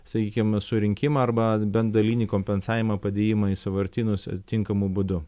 sakykim surinkimą arba bent dalinį kompensavimą padėjimą į sąvartynus tinkamu būdu